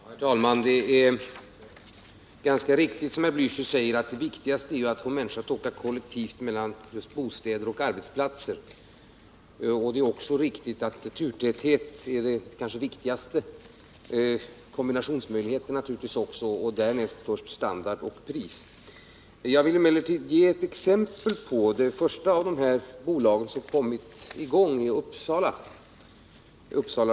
Herr talman! Det är riktigt som herr Blächer säger att det viktigaste är att försöka få människorna att åka kollektivt mellan bostäder och arbetsplatser. Det är också riktigt att turtätheten och kombinationsmöjligheterna härvidlag kanske är det viktigaste. Först därefter kommer standarden och priserna. Jag vill emellertid ge ett exempel på ett av de första bolag som kommit i gång, nämligen i Uppland.